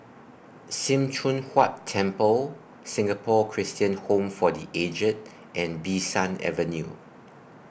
SIM Choon Huat Temple Singapore Christian Home For The Aged and Bee San Avenue